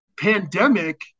pandemic